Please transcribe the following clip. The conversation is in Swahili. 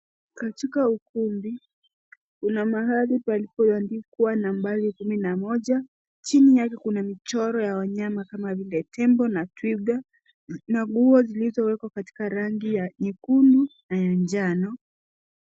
Katika ukumbi, kuna mahali palipo andikwa na mbali kumi na moja. Chini yake kuna michoro ya wanyama kama vile tembo na twiga na nguo zilizowekwa katika rangi ya nyekundu na ya njano.